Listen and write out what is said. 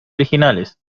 originales